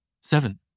Seven